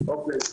אוקיי.